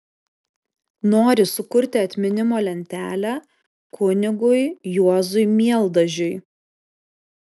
nori sukurti atminimo lentelę kunigui juozui mieldažiui